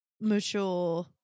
mature